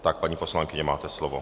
Tak, paní poslankyně, máte slovo.